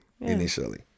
initially